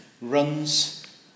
runs